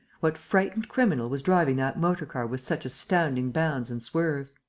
what frightened criminal was driving that motor-car with such astounding bounds and swerves?